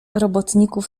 robotników